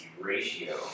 ratio